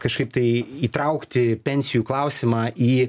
kažkaip tai įtraukti pensijų klausimą į